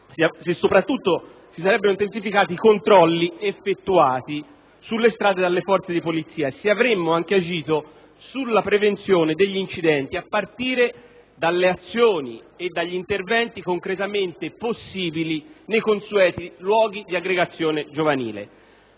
solo se si fossero intensificati i controlli effettuati sulle strade dalle Forze di polizia e se avessimo agito anche sulla prevenzione degli incidenti, a partire dalle azioni e dagli interventi concretamente possibili nei consueti luoghi di aggregazione giovanile.